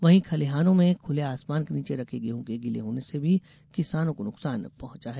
वहीं खलिहानों में खुले आसमान के नीचे रखे गेंहू के गीला होने से भी किसानों को नुकसान पहुंचा है